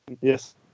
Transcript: Yes